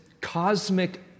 cosmic